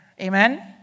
Amen